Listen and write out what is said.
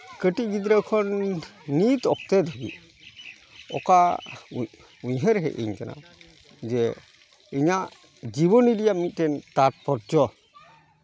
ᱠᱟᱹᱴᱤᱡ ᱜᱤᱫᱽᱨᱟᱹ ᱠᱷᱚᱱ ᱱᱤᱛ ᱚᱠᱛᱮ ᱫᱷᱟᱹᱵᱤᱡ ᱚᱠᱟ ᱩᱭᱦᱟᱨ ᱦᱮᱡ ᱤᱧ ᱠᱟᱱᱟ ᱡᱮ ᱤᱧᱟᱜ ᱡᱤᱵᱚᱱᱤ ᱨᱮᱭᱟᱜ ᱢᱤᱫᱴᱮᱡ ᱛᱟᱛᱯᱚᱨᱡᱚ